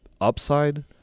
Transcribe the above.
upside